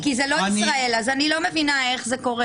כי זה לא ישראל אז אני לא מבינה איך זה קורה.